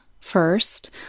first